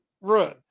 run